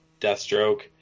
Deathstroke